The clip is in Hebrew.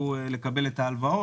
הצבעה ההסתייגות לא אושרה.